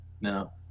no